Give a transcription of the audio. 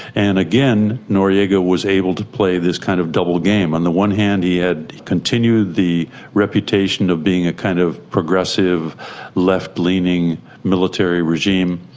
and again, noriega was able to play this kind of double game. on the one hand he had continued the reputation of being a kind of progressive left-leaning military regime,